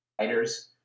writers